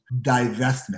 divestment